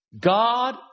God